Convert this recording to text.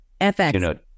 FX